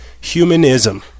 Humanism